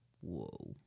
Whoa